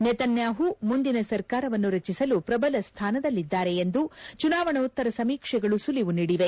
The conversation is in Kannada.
ನೆತನ್ಯಾಪು ಮುಂದಿನ ಸರ್ಕಾರವನ್ನು ರಚಿಸಲು ಪ್ರಬಲ ಸ್ಥಾನದಲ್ಲಿದ್ದಾರೆ ಎಂದು ಚುನಾವಣೋತ್ತರ ಸಮೀಕ್ಷೆಗಳು ಸುಳಿವು ನೀಡಿವೆ